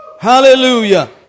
Hallelujah